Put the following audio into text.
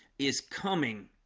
is coming